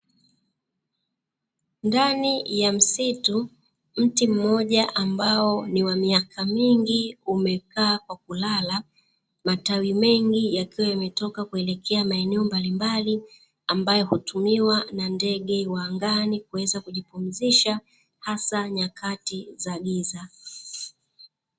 Ndani ya msitu mti mmoja ambao ni wa miaka mingi umekaa kwa kulala, matawi mengi yakiwa yametoka kuelekea maeneo mbalimbali, ambayo hutumiwa na ndege wa angani kuweza kujipumzisha hasa nyakati za giza.